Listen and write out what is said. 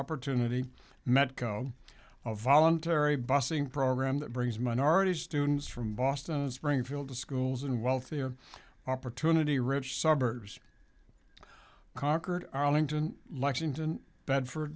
opportunity medco voluntary busing program that brings minority students from boston springfield to schools in wealthier opportunity rich suburbs conquered arlington lexington bedford